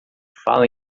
fala